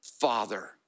father